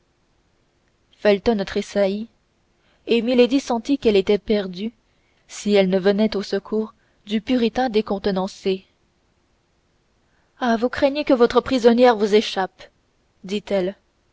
felton tressaillit et milady sentit qu'elle était perdue si elle ne venait au secours du puritain décontenancé ah vous craignez que votre prisonnière ne vous échappe ditelle